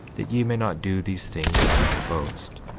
that ye may not do these things that ye may boast,